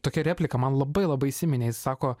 tokią repliką man labai labai įsiminė jis sako